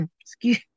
excuse